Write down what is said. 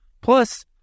Plus